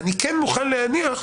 אני כן מוכן להניח,